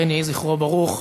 אכן, יהי זכרו ברוך.